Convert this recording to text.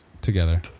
together